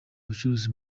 ubucuruzi